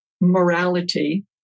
morality